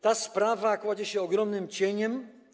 Ta sprawa kładzie się ogromnym cieniem.